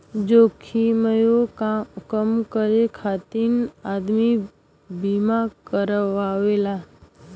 जोखिमवे कम करे खातिर आदमी बीमा करावेला